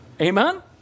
Amen